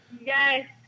Yes